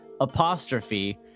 apostrophe